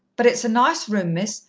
but it's a nice room, miss,